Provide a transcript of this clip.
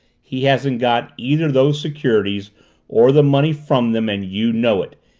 he hasn't got either those securities or the money from them and you know it.